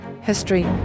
history